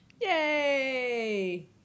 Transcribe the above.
Yay